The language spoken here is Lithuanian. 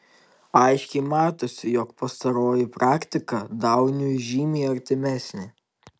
aiškiai matosi jog pastaroji praktika dauniui žymiai artimesnė